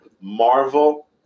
Marvel